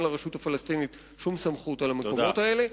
אין לרשות הפלסטינית שום סמכות על המקומות האלה.